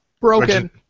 Broken